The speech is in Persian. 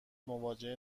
مواجه